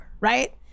right